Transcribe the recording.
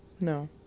No